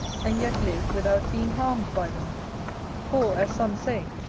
and yet live without being harmed by them for, as some say,